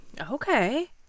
okay